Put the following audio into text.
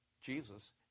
Jesus